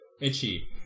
itchy